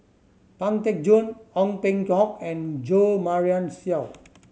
Pang Teck Joon Ong Peng Hock and Jo Marion Seow